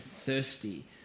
thirsty